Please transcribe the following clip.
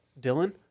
Dylan